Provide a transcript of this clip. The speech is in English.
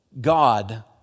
God